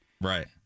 Right